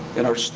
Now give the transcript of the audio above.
and our